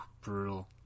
brutal